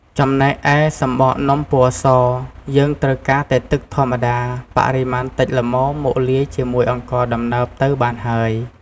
ចំណែកឯ សំបកនំពណ៌ស យើងត្រូវការតែទឹកធម្មតា បរិមាណតិចល្មមមកលាយជាអង្ករដំណើបទៅបានហើយ។